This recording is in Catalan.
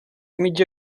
mitja